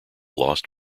lost